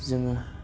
जोङो